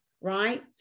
right